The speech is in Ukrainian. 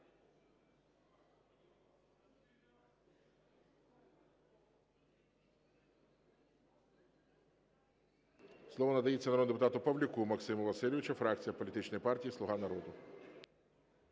Слово надається народному депутату Павлюку Максиму Васильовичу, фракція політичної партії "Слуга народу".